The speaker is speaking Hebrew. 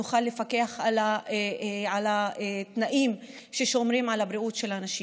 נוכל לפקח על התנאים ששומרים על הבריאות של האנשים.